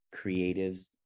creatives